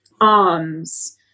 alms